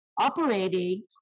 operating